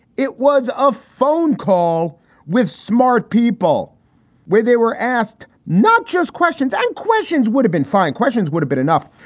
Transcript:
it was a phone call with smart people where they were asked not just questions and questions would have been fine. questions would have been enough.